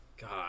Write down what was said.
God